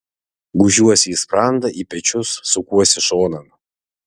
gūžiuosi į sprandą į pečius sukuosi šonan